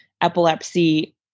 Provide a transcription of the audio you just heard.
epilepsy